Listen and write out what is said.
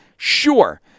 Sure